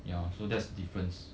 ya so that's the difference